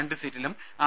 രണ്ട് സീറ്റിലും ആർ